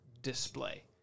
display